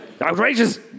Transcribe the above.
Outrageous